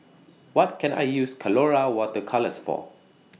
What Can I use Colora Water Colours For